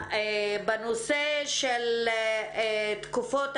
בנושא של תקופות